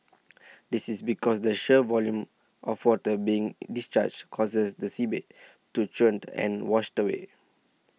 this is because the sheer volume of water being discharged causes the seabed to churned and washed away